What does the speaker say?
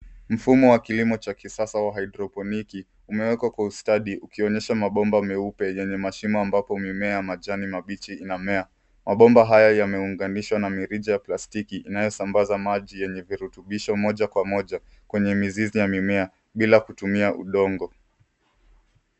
Mfumo wa kilimo cha kisasa wa haidroniki umewekwa kwa ustadi ukionyesha mabomba meupe yenye mashimo ambapo mimea ya majani mabichi inamea. Mabomba haya yameunganishwa na mirija ya plastiki inayosambaza maji yenye virutubisho moja kwa moja kwenye mizizi ya mimea bila kutumia udongo.